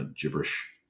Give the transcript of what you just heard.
gibberish